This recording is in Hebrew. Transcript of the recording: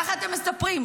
כך אתם מספרים.